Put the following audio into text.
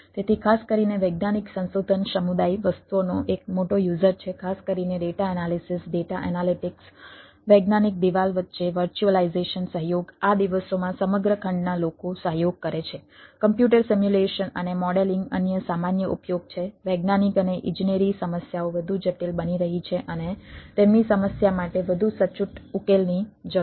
તેથી ખાસ કરીને વૈજ્ઞાનિક સંશોધન સમુદાય વસ્તુઓનો એક મોટો યુઝર છે ખાસ કરીને ડેટા એનાલિસિસ અન્ય સામાન્ય ઉપયોગ છે વૈજ્ઞાનિક અને ઇજનેરી સમસ્યાઓ વધુ જટિલ બની રહી છે અને તેમની સમસ્યા માટે વધુ સચોટ ઉકેલની જરૂર છે